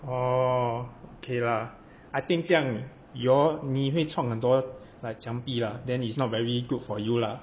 orh okay lah I think 这样 you all 你会闯很多 like 墙壁 lah then is not very good for you lah